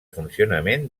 funcionament